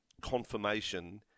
confirmation